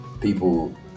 people